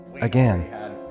again